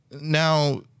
now